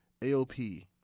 AOP